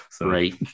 right